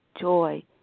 joy